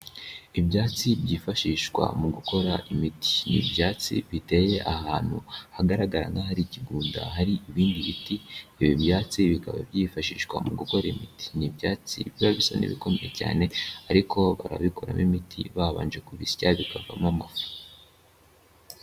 Ibyatsi byifashishwa mu gukora imiti, ni ibyatsi biteye ahantu hagaragara nk'ahari ikigunda hari ibindi biti, ibi byatsi bikaba byifashishwa mu gukora imiti, ni ibyatsi biba bisa n'ibikokomeye cyane ariko barabikoramo imiti babanje kubisya bikavamo amafu.